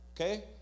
okay